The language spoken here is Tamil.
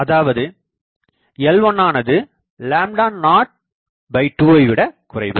அதாவது l1 எல்1னானது 02 விட குறைவு